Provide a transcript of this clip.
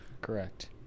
correct